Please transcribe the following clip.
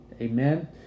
Amen